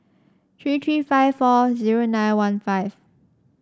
three three five four zero nine one five